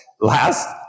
last